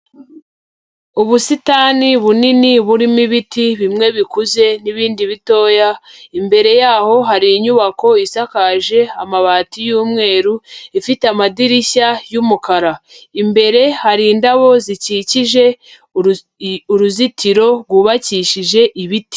Ubusitani bunini burimo ibiti bimwe bikuze n'ibindi bitoya, imbere yaho hari inyubako isakaje amabati y'umweru, ifite amadirishya y'umukara. Imbere hari indabo zikikije uruzitiro rwubakishije ibiti.